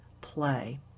play